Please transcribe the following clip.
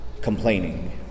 complaining